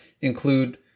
include